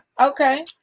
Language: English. Okay